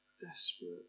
desperate